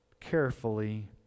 carefully